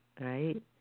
right